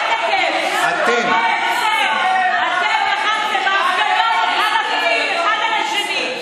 אתם, בהפגנות אחד על השני.